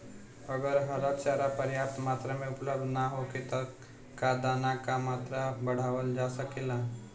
अगर हरा चारा पर्याप्त मात्रा में उपलब्ध ना होखे त का दाना क मात्रा बढ़ावल जा सकेला?